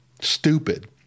stupid